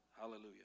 Hallelujah